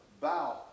bow